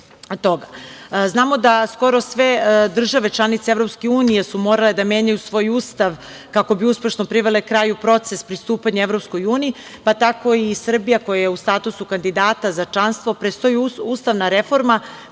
Znamo da skoro sve države članice EU su morale da menjaju svoj ustav kako bi uspešno privele kraju proces pristupanja EU, pa tako i Srbiji, koja je u statusu kandidata za članstvo, predstoji ustavna reforma